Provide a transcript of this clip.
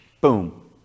boom